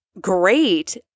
great